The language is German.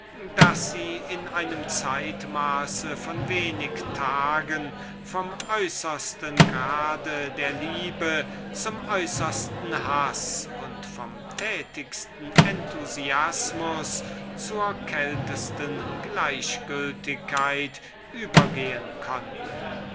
daß sie in einem zeitmaß von wenigen tagen von dem äußersten grade der liebe zum äußersten haß und von dem wirksamsten enthusiasmus zur untätigsten gleichgültigkeit übergehen konnten